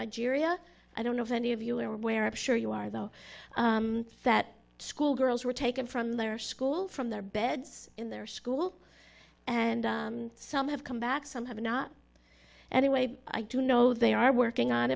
nigeria i don't know if any of you are aware of sure you are though that schoolgirls were taken from their school from their beds in their school and some have come back some have not anyway i do know they are working on